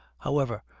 however,